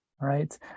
right